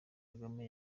kagame